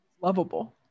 Lovable